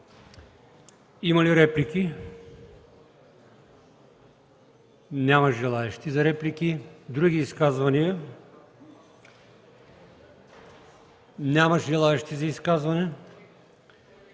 Има ли реплики? Няма желаещи за реплики. Други изказвания? Няма желаещи за изказване.